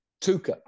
Tuka